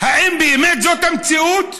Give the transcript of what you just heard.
האם באמת זאת המציאות,